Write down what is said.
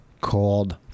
called